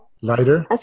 Lighter